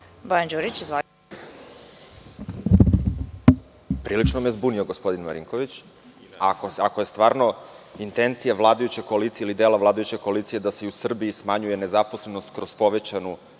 **Bojan Đurić** Prilično me zbunio gospodin Marinković. Ako je stvarno intencija vladajuće koalicije, ili dela vladajuće koalicije da se i u Srbiji smanjuje nezaposlenost kroz povećanu